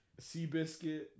Seabiscuit